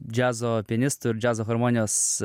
džiazo pianistu ir džiazo harmonijos